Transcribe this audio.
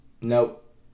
Nope